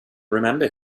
remember